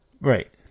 Right